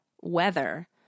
weather